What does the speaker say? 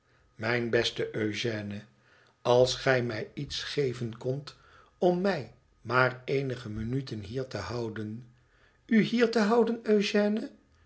mijn beste eugène als gij mij iets geven kondtom mij maar eenige minaten hier te houden u hier te houden